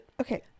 Okay